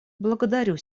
благодарю